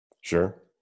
Sure